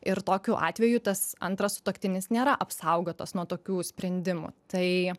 ir tokiu atveju tas antras sutuoktinis nėra apsaugotas nuo tokių sprendimų tai